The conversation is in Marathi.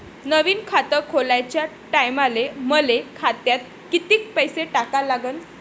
नवीन खात खोलाच्या टायमाले मले खात्यात कितीक पैसे टाका लागन?